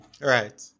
right